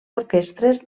orquestres